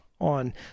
on